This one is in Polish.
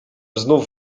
znów